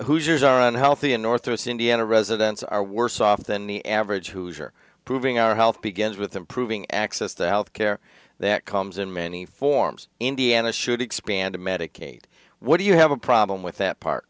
ears are unhealthy in north indiana residents are worse off than the average hoosier proving our health begins with improving access to health care that comes in many forms indiana should expand medicaid what do you have a problem with that part